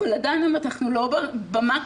אבל עדיין אנחנו לא במקסימום.